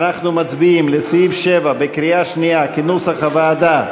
אנחנו מצביעים בקריאה שנייה על סעיף 7 כנוסח הוועדה.